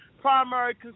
primary